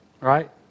right